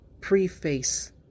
preface